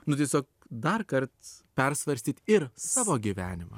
nu tiesiog darkart persvarstyt ir savo gyvenimą